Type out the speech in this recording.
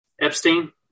Epstein